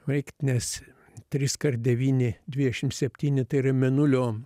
veikt nes triskart devyni dvidešimt septyni tai yra mėnulio